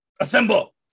assemble